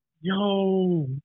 Yo